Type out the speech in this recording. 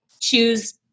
choose